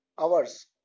hours